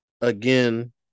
again